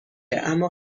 اما